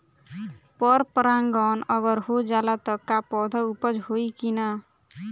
पर परागण अगर हो जाला त का पौधा उपज होई की ना?